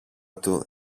του